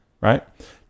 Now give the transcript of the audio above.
Right